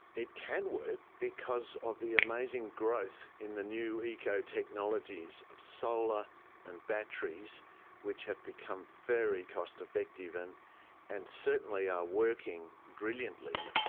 it can work because of the amazing growth in the new eco-technologies of solar and batteries which have become very cost-effective, and and certainly are working brilliantly.